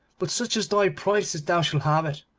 but such as thy price is thou shalt have it,